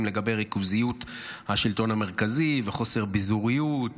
לגבי ריכוזיות השלטון המרכזי וחוסר ביזוריות